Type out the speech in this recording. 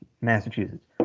Massachusetts